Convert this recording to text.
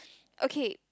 okay